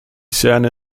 scene